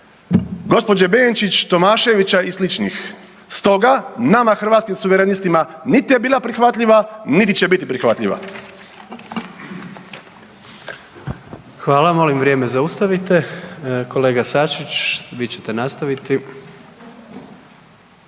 gospođe Benčić, Tomaševića i sličnih. Stoga nama Hrvatskim suverenistima nit je bila prihvatljiva, niti će biti prihvatljiva. **Jandroković, Gordan (HDZ)** Hvala, molim vrijeme zaustavite, kolega Sačić vi ćete nastaviti.